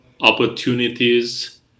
opportunities